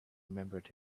remembered